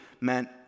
meant